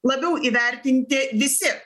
labiau įvertinti visi